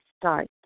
start